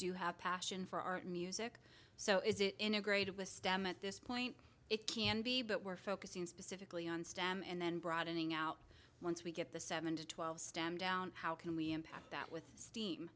do have passion for art music so is it integrated with stem at this point it can be but we're focusing specifically on stem and then broadening out once we get the seven to twelve stem down how can we impact that with steam